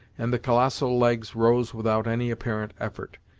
and the colossal legs rose without any apparent effort.